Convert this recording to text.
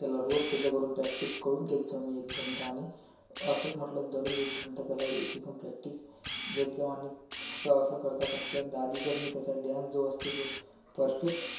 त्याला रोज त्याच्याकडून प्रॅक्टिस करून घेत जा आणि एक घंटा आणि असंच म्हटलं दरोज एक घंटा त्याला याचीपण प्रॅक्टिस घेत जाऊ आणि स असं करता करता त्याला दहा दिवसांनी त्याचा डॅन्स जो असतो तो पर्फेक्ट